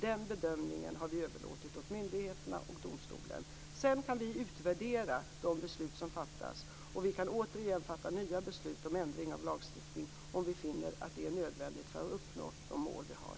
Den bedömningen har vi överlåtit åt myndigheterna och domstolen. Vi kan utvärdera de beslut som fattas och vi kan återigen fatta nya beslut om ändring av lagstiftningen, om vi finner att det är nödvändigt för att uppnå de mål vi har.